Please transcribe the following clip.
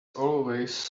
always